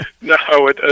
no